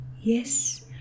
Yes